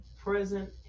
present